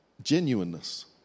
genuineness